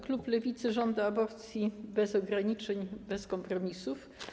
Klub Lewicy żąda aborcji bez ograniczeń, bez kompromisów.